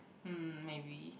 hmm maybe